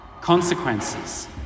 consequences